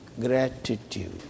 gratitude